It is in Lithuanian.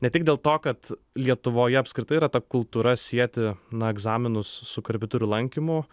ne tik dėl to kad lietuvoje apskritai yra ta kultūra sieti na egzaminus su korepetitorių lankymu